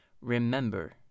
remember